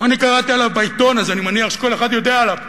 אני קראתי עליו בעיתון אז אני מניח שכל אחד יודע עליו,